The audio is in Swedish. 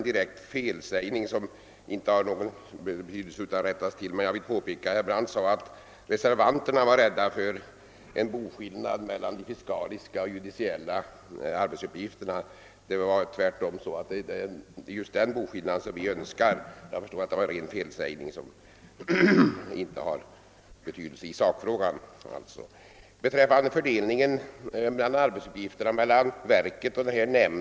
Fördelningen av arbetsuppgifterna mellan verket och nämnden trodde herr Brandt skulle bli vansklig.